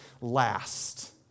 last